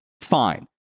fine